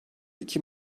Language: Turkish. iki